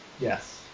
Yes